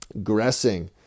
Gressing